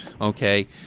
Okay